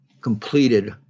Completed